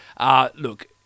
Look